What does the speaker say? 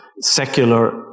secular